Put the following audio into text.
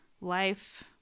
life